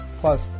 plus